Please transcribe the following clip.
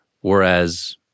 Whereas